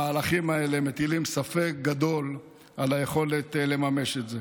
המהלכים האלה מטילים ספק גדול על היכולת לממש את זה.